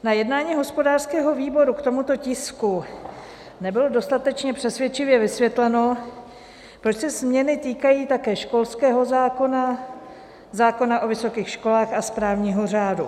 Na jednání hospodářského výboru k tomuto tisku nebylo dostatečně přesvědčivě vysvětleno, proč se změny týkají také školského zákona, zákona o vysokých školách a správního řádu.